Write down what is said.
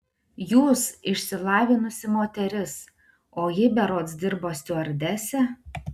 jūs išsilavinusi moteris o ji berods dirbo stiuardese